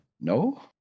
No